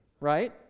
Right